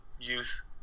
youth